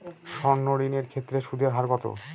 সর্ণ ঋণ এর ক্ষেত্রে সুদ এর হার কত?